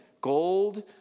gold